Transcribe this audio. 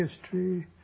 history